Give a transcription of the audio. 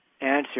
answer